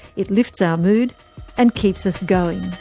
it lifts our mood and keeps us going.